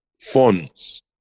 funds